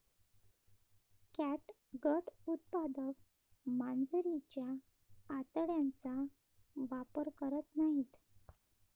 catgut उत्पादक मांजरीच्या आतड्यांचा वापर करत नाहीत